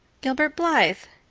gilbert blythe,